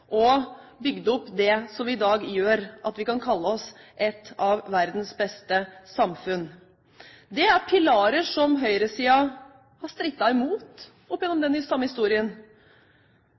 og bygd opp det som gjør at vi i dag kan kalle oss et av verdens beste samfunn. Det er pilarer som høyresiden har strittet imot oppigjennom den samme historien,